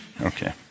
Okay